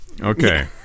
Okay